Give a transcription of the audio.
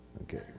Okay